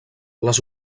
les